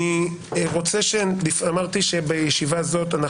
אמרתי שבישיבה זאת,